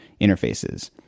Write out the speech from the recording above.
interfaces